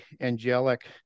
angelic